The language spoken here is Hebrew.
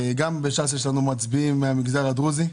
גם ב-ש"ס יש לנו מצביעים מהמגזר הדרוזי.